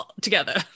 together